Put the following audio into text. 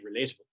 relatable